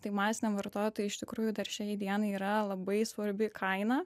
tai masiniam vartotojui iš tikrųjų dar šiai dienai yra labai svarbi kaina